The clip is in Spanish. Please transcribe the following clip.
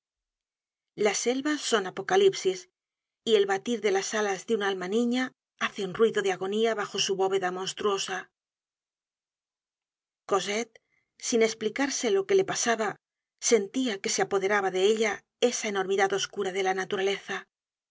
las selvas son apocalipsis y el batir de las alas de un alma niña hace un ruido de agonía bajo su bóveda monstruosa cosette sin esplicarse lo que le pasaba sentia que se apoderaba de ella esa enormidad oscura de la naturaleza